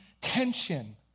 tension